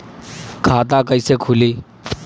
खाता कईसे खुली?